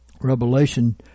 Revelation